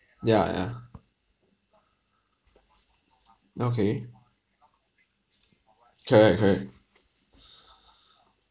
ya yeah okay correct correct